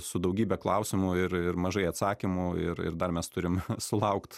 su daugybe klausimų ir ir mažai atsakymų ir ir dar mes turim sulaukt